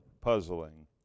puzzling